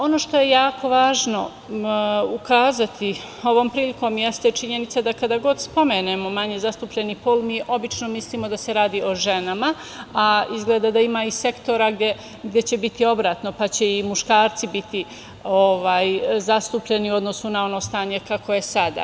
Ono što je jako važno ukazati ovom prilikom, jeste činjenica da kada god spomenemo manje zatupljeni pol mi obično mislimo da se radi o ženama, a izgleda da ima i sektora gde će biti obrnuto, pa će i muškarci biti zastupljeni u odnosu na ono stanje kakvo je sada.